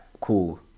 cool